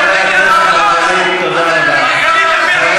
חבר הכנסת מרגלית, תודה רבה.